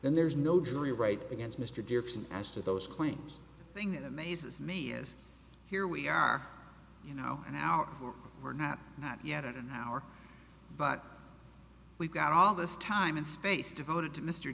then there's no jury right against mr dixon as to those claims thing that amazes me is here we are you know now we're not not yet in an hour but we've got all this time and space devoted to mr